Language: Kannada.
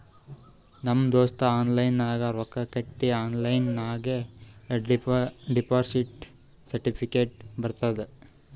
ನಮ್ ದೋಸ್ತ ಆನ್ಲೈನ್ ನಾಗ್ ರೊಕ್ಕಾ ಕಟ್ಟಿ ಆನ್ಲೈನ್ ನಾಗೆ ಡೆಪೋಸಿಟ್ ಸರ್ಟಿಫಿಕೇಟ್ ಬರ್ತುದ್